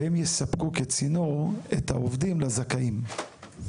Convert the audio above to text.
והם יספקו כצינור את העובדים לזכאים.